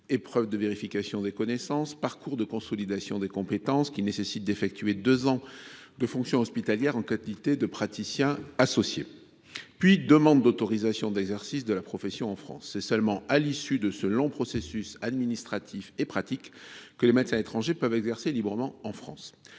épreuves de vérification des connaissances (EVC), parcours de consolidation des compétences (PCC) – celui ci nécessite d’effectuer deux ans de fonctions hospitalières en qualité de praticien associé –, puis demande d’autorisation d’exercice de la profession en France. C’est seulement à l’issue de ce long processus administratif et pratique que les médecins étrangers peuvent exercer librement dans